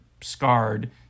scarred